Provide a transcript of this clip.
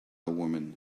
woman